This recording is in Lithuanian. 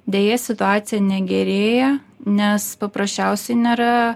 deja situacija negerėja nes paprasčiausia nėra